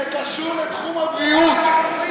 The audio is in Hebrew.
זה קשור לתחום הבריאות.